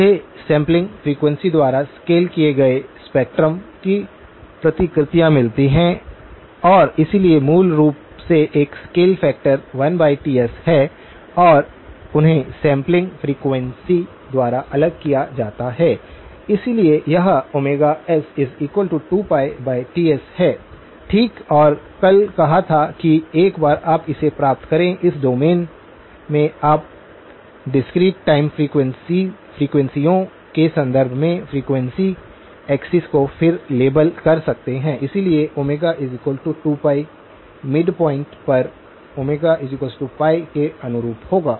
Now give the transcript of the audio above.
मुझे sampling frequency द्वारा scale किए गए स्पेक्ट्रम की प्रतिकृतियां मिलती हैं और इसलिए मूल रूप से एक स्केल फैक्टर 1 Ts है और उन्हें सैंपलिंग फ्रीक्वेंसी द्वारा अलग किया जाता है इसलिए यह s2πTs है ठीक और कल कहा था कि एक बार आप इसे प्राप्त करें इस डोमेन में आप डिस्क्रीट टाइम फ्रीक्वेंसीयों के संदर्भ में फ्रीक्वेंसी एक्सिस को फिर लेबल कर सकते हैं इसलिए यह ω2π मिडपॉइंट पर ωπ के अनुरूप होगा